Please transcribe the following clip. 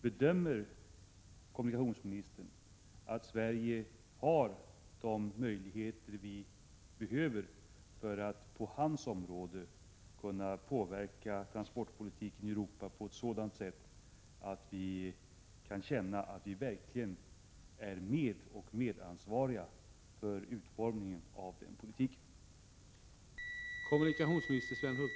Bedömer kommunikationsministern att Sverige har de möjligheter man behöver för att på kommunikationsministerns område kunna påverka transportpolitiken i Europa på ett sådant sätt att vi kan känna att vi verkligen deltar i och är medansvariga för utformningen av denna politik?